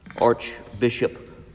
Archbishop